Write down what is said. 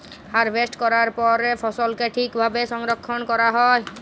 harvest ক্যরার পরে ফসলকে ঠিক ভাবে সংরক্ষল ক্যরা হ্যয়